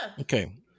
Okay